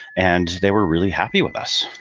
and they were really happy with us.